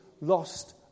lost